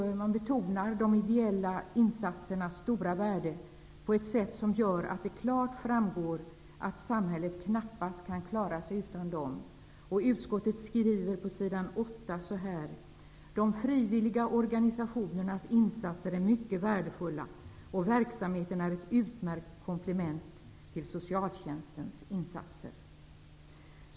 Man betonar de ideella insatsernas stora värde på ett sätt som gör att det klart framgår att samhället knappast kan klara sig utan dem. Utskottet skriver på s. 8: ''De frivilliga organisationernas insatser är därvid mycket värdefulla, och verksamheten är ett utmärkt komplement till socialtjänstens insatser.''